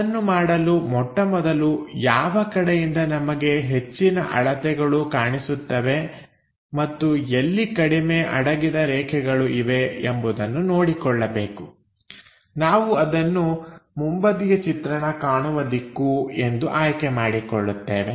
ಅದನ್ನು ಮಾಡಲು ಮೊಟ್ಟಮೊದಲು ಯಾವ ಕಡೆಯಿಂದ ನಮಗೆ ಹೆಚ್ಚಿನ ಅಳತೆಗಳು ಕಾಣಿಸುತ್ತವೆ ಮತ್ತು ಎಲ್ಲಿ ಕಡಿಮೆ ಅಡಗಿದ ರೇಖೆಗಳು ಇವೆ ಎಂಬುದನ್ನು ನೋಡಿಕೊಳ್ಳಬೇಕು ನಾವು ಅದನ್ನು ಮುಂಬದಿಯ ಚಿತ್ರಣ ಕಾಣುವ ದಿಕ್ಕು ಎಂದು ಆಯ್ಕೆ ಮಾಡಿಕೊಳ್ಳುತ್ತೇವೆ